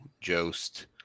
Jost